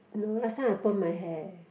no last time I perm my hair